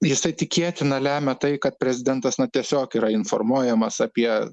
jisai tikėtina lemia tai kad prezidentas tiesiog yra informuojamas apie